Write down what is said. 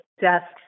desks